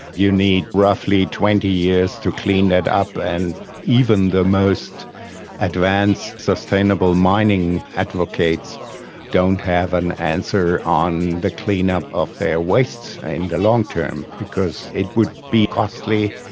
you need roughly twenty years to clean it up, and even the most advanced sustainable mining advocates don't have an answer on the clean-up of their wastes in the long term because it would be costly.